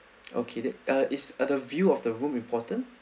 okay tha~ err is err the view of the room important